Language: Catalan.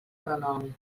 renom